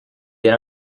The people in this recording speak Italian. era